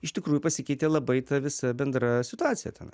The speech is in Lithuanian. iš tikrųjų pasikeitė labai ta visa bendra situacija tenai